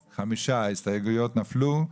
5. הצבעה לא אושר ההסתייגויות נפלו.